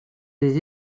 des